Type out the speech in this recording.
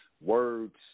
Words